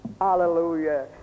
Hallelujah